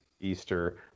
Easter